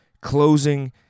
closing